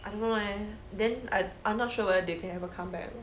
I don't know leh and then I I'm not sure whether they can ever comeback or not